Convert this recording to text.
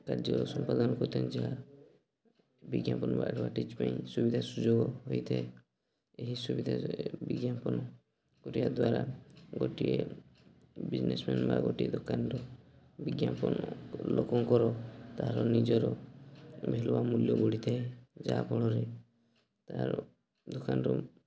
କାର୍ଯ୍ୟ ସମ୍ପାଦନ କରିଥାନ୍ତି ଯାହା ବିଜ୍ଞାପନ ବା ଆଡ଼ଭଟାଇଜ୍ ପାଇଁ ସୁବିଧା ସୁଯୋଗ ହୋଇଥାଏ ଏହି ସୁବିଧା ବିଜ୍ଞାପନ କରିବା ଦ୍ୱାରା ଗୋଟିଏ ବିଜନେସମ୍ୟାନ୍ ବା ଗୋଟିଏ ଦୋକାନର ବିଜ୍ଞାପନ ଲୋକଙ୍କର ତା'ର ନିଜର ଭ୍ୟାଲୁ ବା ମୂଲ୍ୟ ବଢ଼ିଥାଏ ଯାହାଫଳରେ ତାହାର ଦୋକାନରୁ